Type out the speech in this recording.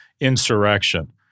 insurrection